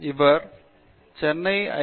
இவர் சென்னை ஐ